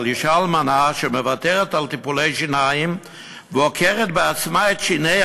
על אישה אלמנה שמוותרת על טיפולי שיניים ועוקרת בעצמה את שיניה,